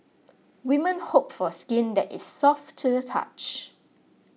women hope for skin that is soft to the touch